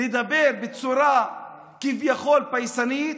לדבר בצורה כביכול פייסנית: